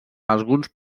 alguns